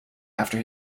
after